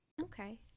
Okay